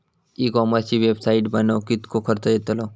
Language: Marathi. ई कॉमर्सची वेबसाईट बनवक किततो खर्च येतलो?